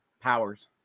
powers